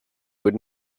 would